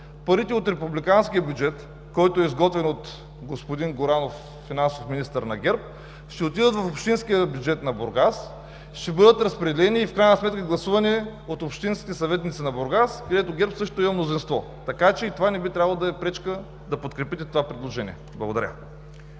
парите от републиканския бюджет, който е изготвен от господин Горанов – финансов министър на ГЕРБ, ще отидат в общинския бюджет на Бургас, ще бъдат разпределени и в крайна сметка, гласувани от общинските съветници на Бургас, където ГЕРБ също има мнозинство. Така че и това не би трябвало да е пречка да подкрепите това предложение. Благодаря.